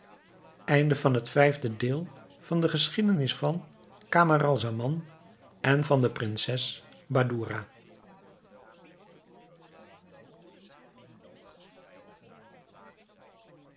vierde deel geschiedenis van den prins camaralzaman en van de prinses badoura